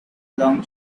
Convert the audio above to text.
long